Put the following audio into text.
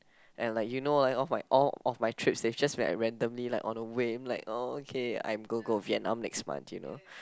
and like you know like of all of my trips they've just been like randomly like on a whim like oh okay I'm gonna go Vietnam next month you know